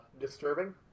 disturbing